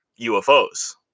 UFOs